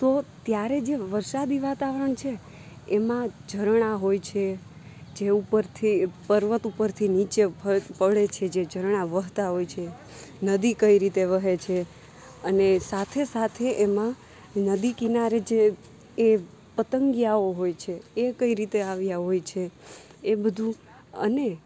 તો ત્યારે જે વરસાદી વાતાવરણ છે એમાં ઝરણા હોય છે જેઓ ઉપરથી પર્વત ઉપરથી નીચે પડે છે જે ઝરણા વહતા હોય છે નદી કઈ રીતે વહે છે અને સાથે સાથે એમાં નદીકિનારે જે એ પતંગિયાઓ હોય છે એ કઈ રીતે આવ્યા હોય છે એ બધું અને